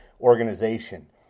organization